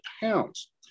pounds